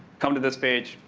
come to this page.